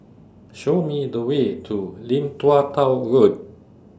Show Me The Way to Lim Tua Tow Road